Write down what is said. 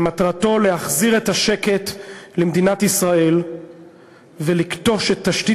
שמטרתו להחזיר את השקט למדינת ישראל ולכתוש את תשתית